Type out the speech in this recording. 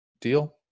deal